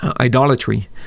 idolatry